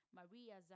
Maria